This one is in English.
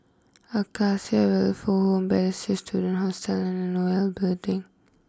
Acacia Welfare Home Balestier Student Hostel and Nol Building